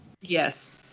Yes